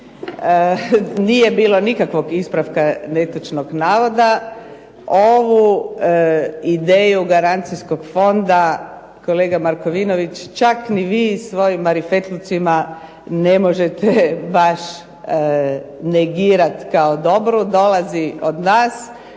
Nije bilo nikakvog ispravka netočnog navoda. Ovu ideju garancijskog fonda kolega Markovinović čak ni vi svojim marifetlucima ne možete baš negirati kao dobru. Dolazi od nas.